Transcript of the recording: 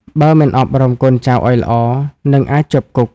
បើមិនអប់រំកូនចៅឱ្យល្អ នឹងអាចជាប់គុក។